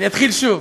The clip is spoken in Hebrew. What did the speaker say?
אתחיל שוב.